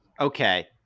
Okay